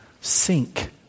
sink